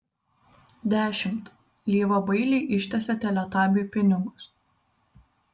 dešimt lyva bailiai ištiesė teletabiui pinigus